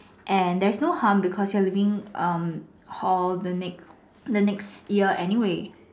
and there's no harm because you are leaving um hall the next the next year anyway